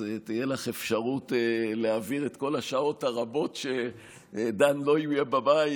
אז תהיה לך אפשרות להעביר את כל השעות הרבות שדן לא יהיה בבית,